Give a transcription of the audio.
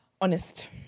Honest